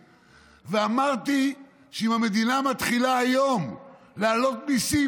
ואמרתי שאם המדינה מתחילה היום להעלות מיסים,